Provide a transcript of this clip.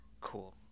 Cool